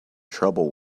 trouble